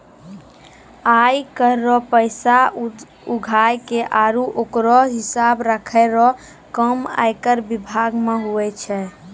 आय कर रो पैसा उघाय के आरो ओकरो हिसाब राखै रो काम आयकर बिभाग मे हुवै छै